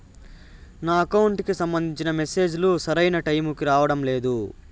నా అకౌంట్ కి సంబంధించిన మెసేజ్ లు సరైన టైముకి రావడం లేదు